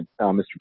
Mr